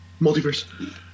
multiverse